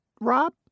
Rob